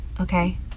okay